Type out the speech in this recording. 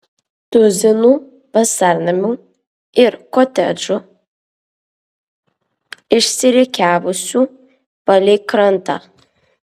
tuzinų vasarnamių ir kotedžų išsirikiavusių palei krantą